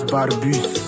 Barbus